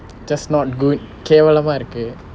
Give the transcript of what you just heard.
just not good கேவலமா இருக்கு:kevalamaa irukku